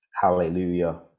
hallelujah